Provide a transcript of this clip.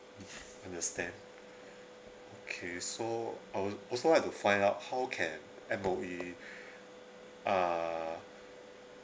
mm understand okay so I will also like to find out how can M_O_E uh